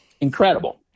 incredible